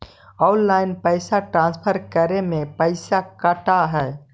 Online पैसा transfer करे में पैसा कटा है?